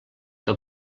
que